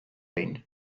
behin